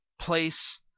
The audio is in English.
place